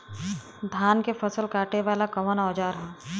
धान के फसल कांटे वाला कवन औजार ह?